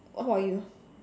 what about you